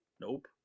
Nope